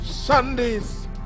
Sunday's